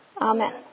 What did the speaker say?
Amen